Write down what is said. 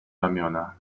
ramiona